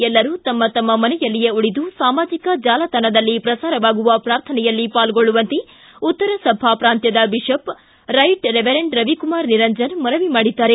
ಎಲ್ಲರೂ ತಮ್ಮ ತಮ್ಮ ಮನೆಯಲ್ಲಿಯೇ ಉಳಿದು ಸಾಮಾಜಿಕ ಜಾಲತಾಣದಲ್ಲಿ ಪ್ರಸಾರವಾಗುವ ಪ್ರಾರ್ಥನೆಯಲ್ಲಿ ಪಾಲ್ಗೊಳ್ಳುವಂತೆ ಉತ್ತರ ಸಭಾ ಪ್ರಾಂತ್ಯದ bishop right reverend Ravikumar Niranjan ಮನವಿ ಮಾಡಿದ್ದಾರೆ